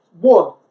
one